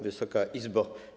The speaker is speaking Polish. Wysoka Izbo!